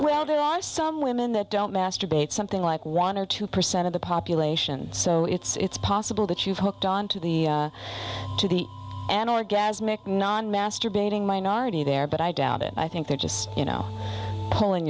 well there are some women that don't masturbate something like one or two percent of the population so it's possible that you've hooked on to the to be an orgasmic non masturbating minority there but i doubt it i think they're just you know pulling